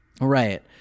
right